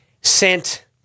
sent